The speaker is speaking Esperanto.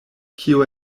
kio